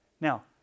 Now